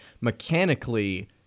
Mechanically